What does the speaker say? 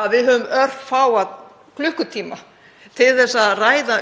að við höfum örfáa klukkutíma til að ræða